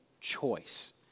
choice